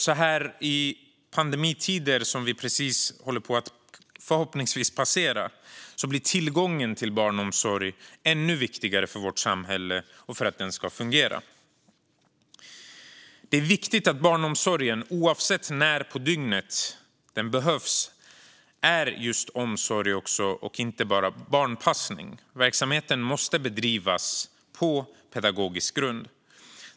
Så här i pandemitider, som vi nu förhoppningsvis är i slutet av, blir tillgången till barnomsorg ännu viktigare för att vårt samhälle ska fungera. Det är viktigt att barnomsorgen, oavsett när på dygnet den behövs, är just omsorg och inte bara barnpassning. Verksamheten måste bedrivas på pedagogisk grund.